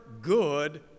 good